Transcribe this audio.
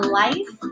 life